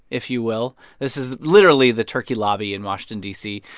if you will. this is literally the turkey lobby in washington, d c.